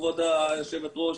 כבוד היושבת-ראש,